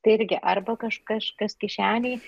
tai irgi arba kažkas kišenėj